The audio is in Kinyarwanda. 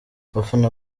abafana